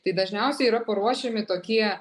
tai dažniausiai yra paruošiami tokie